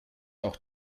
auch